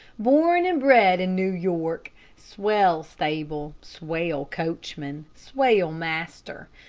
born and bred in new york. swell stable. swell coachman. swell master.